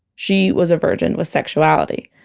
she was a virgin with sexuality,